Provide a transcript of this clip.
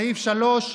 סעיף 3,